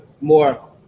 more